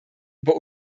über